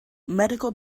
medical